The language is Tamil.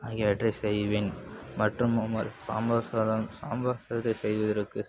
ஆகியவற்றை செய்வேன் மற்றும் சாம்பார் சாதம் சாம்பார் சாதத்தை செய்வதற்கு